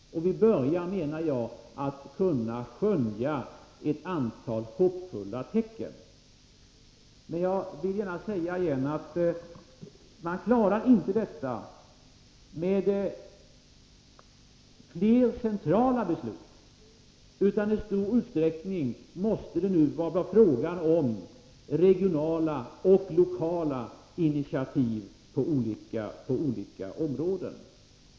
Vi börjar, menar jag, kunna skönja ett antal hoppfulla tecken. Men jag vill gärna återigen säga, att man klarar inte saken genom fler centrala beslut, utan i stor utsträckning måste det nu vara fråga om regionala och lokala initiativ på olika områden.